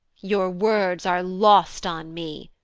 your words are lost on me,